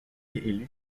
élu